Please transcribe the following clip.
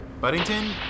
Buddington